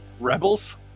Rebels